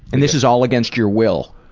and this is all against your will.